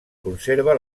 conserva